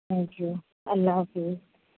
thank you اللہ حافظ